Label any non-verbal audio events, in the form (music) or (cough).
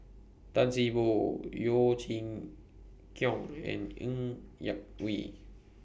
Tan See Boo Yeo Chee Kiong and Ng Yak (noise) Whee